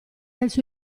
alzò